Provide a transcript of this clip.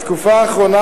בתקופה האחרונה,